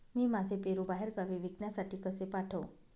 मी माझे पेरू बाहेरगावी विकण्यासाठी कसे पाठवू?